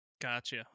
Gotcha